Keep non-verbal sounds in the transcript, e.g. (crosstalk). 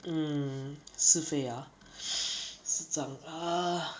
mm 是非 ah (noise) 死葬 ah